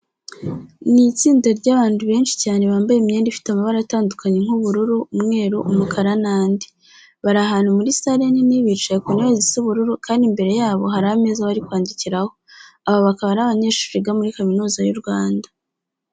Ni itsinda ry'abandu benshi cyane bambaye imyenda ifite amabara atandukanye nk'ubururu, umweru, umukara n'andi. Bari ahantu muri sale nini, bicaye ku ntebe zisa ubururu kandi imbere yabo hari ameza bari kwandikiraho. Aba bakaba ari abanyeshuri biga muri Kaminuza y'u Rwanda.